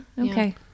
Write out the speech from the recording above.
okay